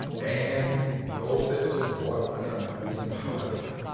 and those that support him in policy